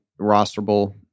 rosterable